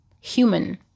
human